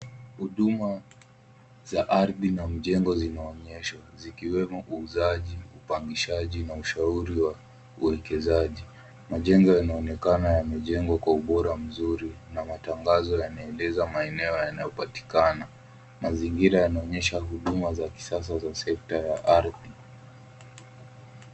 Huduma za ardhi na mjengo zinaonyeshwa zikiwemo uuzaji, uhamishaji na ushauri wa uwekezaji. Majengo yanaonekana yamejengwa kwa ubora mzuri na matangazo yanaeleza maeneo yanayopatikana. Mazingira yanaonyesha huduma za kisasa za sekta ya ardhi